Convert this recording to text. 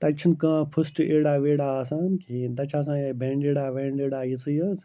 تَتہِ چھُنہٕ کانٛہہ فٔسٹ ایڈا ویڈا آسان کِہیٖنۍ تَتہِ چھِ آسان یِہوٚے بینڈڈا وٮینڈڈا یِژٕے یٲژ